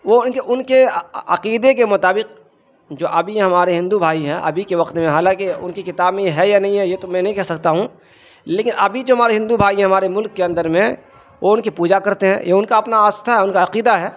وہ ان کے ان کے عقیدے کے مطابق جو ابھی ہمارے ہندو بھائی ہیں ابھی کے وقت میں حالانکہ ان کی کتاب میں ہے یا نہیں ہے یہ تو میں نہیں کہہ سکتا ہوں لیکن ابھی جو ہمارے ہندو بھائی ہیں ہمارے ملک کے اندر میں وہ ان کی پوجا کرتے ہیں یہ ان کا اپنا آستھا ہے ان کا عقیدہ ہے